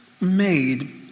made